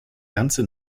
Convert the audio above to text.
ganze